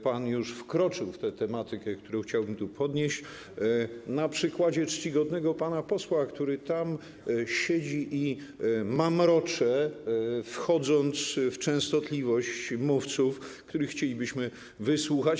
Pan już wkroczył w tę tematykę, którą chciałbym tu podnieść, na przykładzie czcigodnego pana posła, który tam siedzi i mamrocze, wchodząc w częstotliwość mówców, których chcielibyśmy wysłuchać.